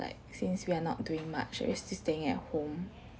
like since we are not doing much we're still staying at home